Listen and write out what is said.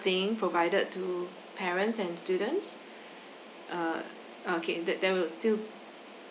thing provided to parents and students uh okay there there will still